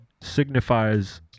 signifies